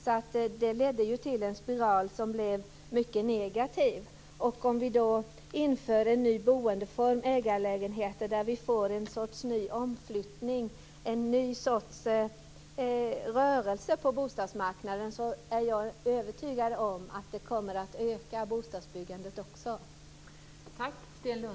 Detta ledde till en negativ spiral. Om vi inför en ny boendeform, ägarlägenheter, med en ny rörelse på bostadsmarknaden, är jag övertygad om att bostadsbyggandet kommer att öka.